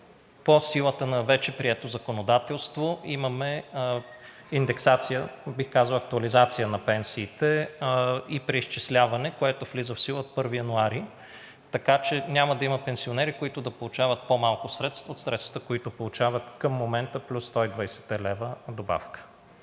по силата на вече прието законодателство имаме индексация, бих казал, актуализация на пенсиите и преизчисляване, което влиза в сила от 1 януари. Така че няма да има пенсионери, които да получават по-малко средства от средствата, които получават към момента, плюс сто и двадесетте